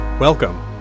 Welcome